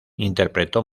interpretó